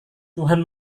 tuhan